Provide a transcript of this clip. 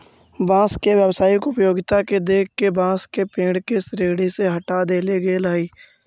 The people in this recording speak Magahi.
बाँस के व्यावसायिक उपयोगिता के देख के बाँस के पेड़ के श्रेणी से हँटा देले गेल हइ